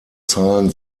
zahlen